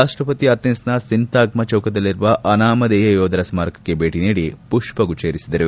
ರಾಷ್ಲಪತಿ ಅಥೆನ್ಸ್ನ ಸಿಂತಾಗ್ನಾ ಚೌಕದಲ್ಲಿರುವ ಅನಾಮಧೇಯ ಯೋಧರ ಸ್ನಾರಕಕ್ಕೆ ಭೇಟಿ ನೀಡಿ ಪುಷ್ವಗುಚ್ಲ ಇರಿಸಿದರು